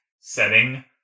setting